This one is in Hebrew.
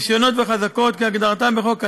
רישיונות וחזקות כהגדרתם בחוק הנפט,